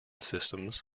systems